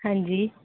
हांजी